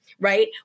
right